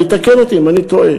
ויתקן אותי אם אני טועה,